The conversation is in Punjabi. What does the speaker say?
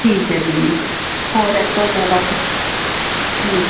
ਠੀਕ ਹੈ ਜੀ ਹੋਰ ਇਹ ਤੋਂ ਇਲਾਵਾ ਜੀ ਹਾਂਜੀ